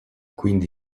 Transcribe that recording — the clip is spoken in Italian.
quindi